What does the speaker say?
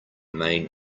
main